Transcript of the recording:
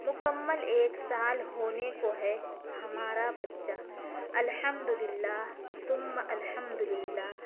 مکمل ایک سال ہونے کو ہے ہمارا بچہ الحمد للہ ثم الحمد للہ